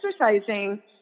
exercising